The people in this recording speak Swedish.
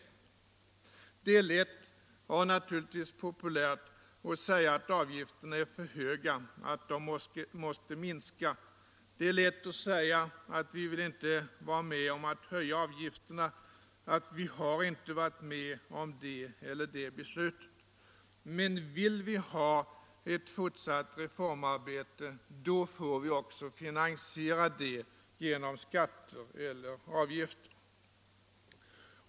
3 juni 1976 Det är lätt och naturligtvis populärt att säga att avgifterna är för höga, att de måste minskas. Det är lätt att säga att man inte vill vara — Ändrade avdragsmed om att höja avgifterna eftersom man inte har varit med om det = regler för egenavgifena eller andra beslutet. Men om vi vill ha ett fortsatt reformarbete, = ter då får vi också finansiera det genom skatter eller avgifter.